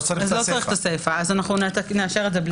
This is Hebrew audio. לא צריך את הסיפה, נאשר את זה בלעדיה.